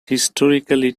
historically